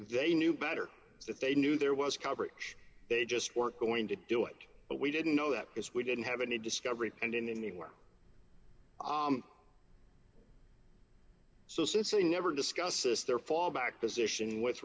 they knew better that they knew there was coverage they just weren't going to do it but we didn't know that because we didn't have any discovery and in any way so since they never discussed their fallback position with